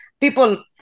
People